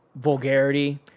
vulgarity